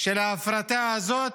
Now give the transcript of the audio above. של ההפרטה הזאת,